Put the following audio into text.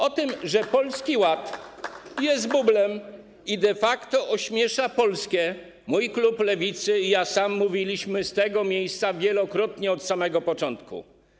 O tym, że Polski Ład jest bublem i de facto ośmiesza Polskę, mój klub Lewicy i ja sam mówiliśmy z tego miejsca wielokrotnie od samego początku.